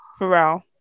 Pharrell